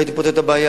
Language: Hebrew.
הייתי פותר את הבעיה.